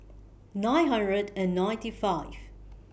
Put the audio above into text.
nine hundred and ninety five